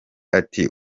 ati